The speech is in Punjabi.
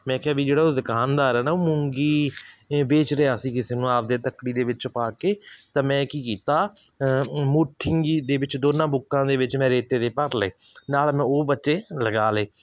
ਮੈਂ ਕਿਹਾ ਵੀ ਜਿਹੜਾ ਉਹ ਦੁਕਾਨਦਾਰ ਹੈ ਨਾ ਉਹ ਮੂੰਗੀ ਵੇਚ ਰਿਹਾ ਸੀ ਕਿਸੇ ਨੂੰ ਆਪਦੇ ਤੱਕੜੀ ਦੇ ਵਿੱਚ ਪਾ ਕੇ ਤਾਂ ਮੈਂ ਕੀ ਕੀਤਾ ਮੁੱਠੀ ਦੇ ਵਿੱਚ ਦੋਵਾਂ ਬੁੱਕਾਂ ਦੇ ਵਿੱਚ ਮੈਂ ਰੇਤੇ ਦੇ ਭਰ ਲਏ ਨਾਲ ਮੈਂ ਉਹ ਬੱਚੇ ਲਗਾ ਲਏ